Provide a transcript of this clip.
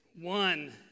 one